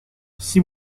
six